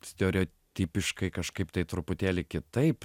stereotipiškai kažkaip tai truputėlį kitaip